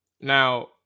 Now